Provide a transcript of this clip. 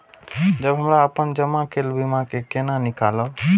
जब हमरा अपन जमा केल बीमा के केना निकालब?